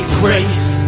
grace